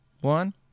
one